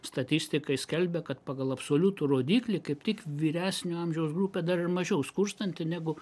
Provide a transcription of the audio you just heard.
statistikai skelbia kad pagal absoliutų rodiklį kaip tik vyresnio amžiaus grupė dar ir mažiau skurstanti negu